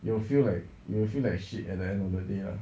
you will feel like you feel like shit at the end of the day lah